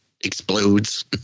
explodes